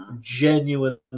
genuinely